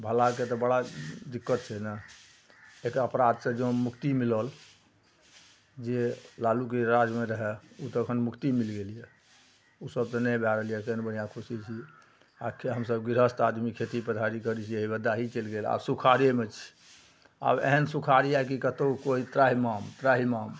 भलाके तऽ बड़ा दिक्कत छै ने छै एकटा अपराधसे जँ मुक्ति मिलल जे लालूके राजमे रहै ओ तऽ एखन मुक्ति मिलि गेल यऽ ओसब तऽ नहि भए रहल यऽ केहन बढ़िआँ खुशी छी आब तऽ हमसभ गिरहस्थ आदमी छी खेती पथारी करै छी हेबे दाही चलि गेल आब सुखाड़ेमे छी आब एहन सुखाड़ यऽ कि कतहु कोइके त्राहिमाम त्राहिमाम